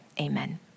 amen